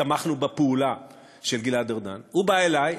ותמכנו בפעולה של גלעד ארדן, הוא בא אלי,